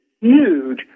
huge